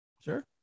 Sure